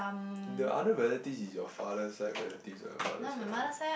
the other relatives is your father side relatives or your mother side relatives